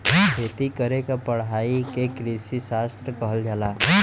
खेती करे क पढ़ाई के कृषिशास्त्र कहल जाला